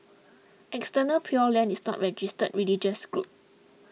Eternal Pure Land is not a registered religious group